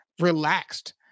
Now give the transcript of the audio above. relaxed